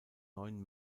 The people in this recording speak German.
neun